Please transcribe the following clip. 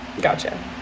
Gotcha